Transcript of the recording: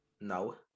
No